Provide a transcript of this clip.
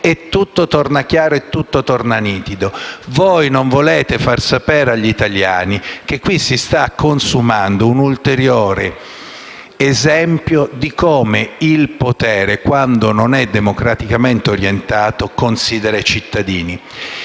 e tutto torna chiaro e nitido. Voi non volete far sapere agli italiani che qui si sta consumando un ulteriore esempio di come il potere, quando non è democraticamente orientato, considera i cittadini.